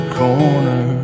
corner